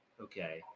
Okay